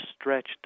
stretched